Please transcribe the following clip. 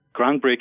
groundbreaking